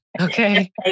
Okay